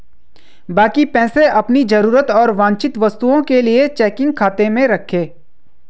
बाकी पैसे अपनी जरूरत और वांछित वस्तुओं के लिए चेकिंग खाते में रखें